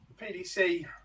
PDC